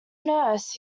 nurse